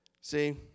See